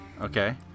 Okay